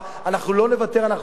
אנחנו לא נוותר, אנחנו נפעל.